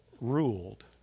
ruled